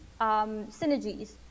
synergies